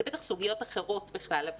זה בטח סוגיות אחרות בכלל.